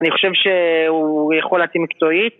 ‫אני חושב שהוא יכול להתאים מקצועית.